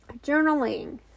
Journaling